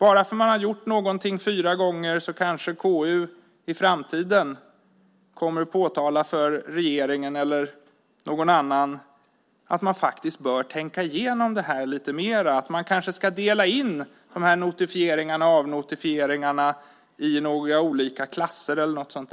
Även om man har gjort någonting fyra gånger kanske KU i fortsättningen kommer att påtala för regeringen eller någon annan att man faktiskt bör tänka igenom det här lite mer, att man kanske ska dela in de här notifieringarna och avnotifieringarna i olika klasser eller något sådant.